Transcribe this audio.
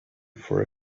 for